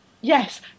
yes